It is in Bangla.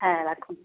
হ্যাঁ রাখুন